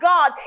God